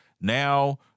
Now